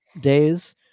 days